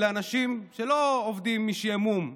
אלה אנשים שלא עובדים משעמום,